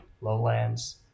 lowlands